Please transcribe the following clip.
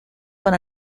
con